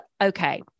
okay